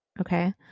okay